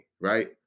right